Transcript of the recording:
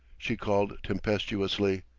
she called tempestuously.